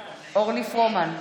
פרומן,